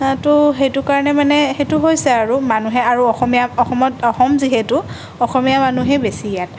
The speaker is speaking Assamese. তো সেইটো কাৰণে মানে সেইটো হৈছে আৰু মানুহে আৰু অসমীয়া অসমত অসম যিহেতু অসমীয়া মানুহেই বেছি ইয়াত